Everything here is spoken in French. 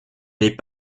n’est